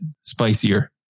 spicier